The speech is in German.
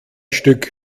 stück